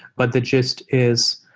but the gist is